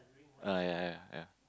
ah ya ya ya